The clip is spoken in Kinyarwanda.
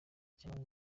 cyangwa